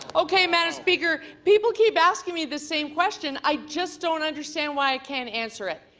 okay, madam speaker, people keep asking me the same question. i just don't understand why i can't answer it.